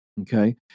Okay